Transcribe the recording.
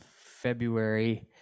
February